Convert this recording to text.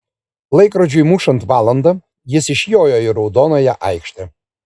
laikrodžiui mušant valandą jis išjojo į raudonąją aikštę